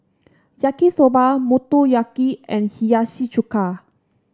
Yaki Soba Motoyaki and Hiyashi Chuka